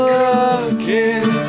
looking